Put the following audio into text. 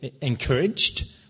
encouraged